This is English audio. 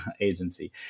agency